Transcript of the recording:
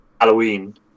Halloween